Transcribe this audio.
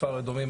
כפר אדומים,